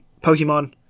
Pokemon